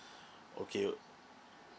okay